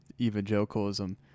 evangelicalism